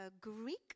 Greek